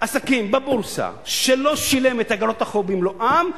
עסקים בבורסה שלא שילם את איגרות החוב במלואן,